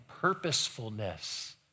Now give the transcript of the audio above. purposefulness